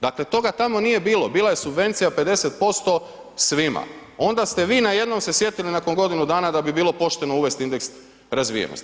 Dakle, toga tamo nije bilo, bila je subvencija 50% svima, onda ste vi najednom se sjetili nakon godinu dana da bi bilo pošteno uvesti indeks razvijenosti.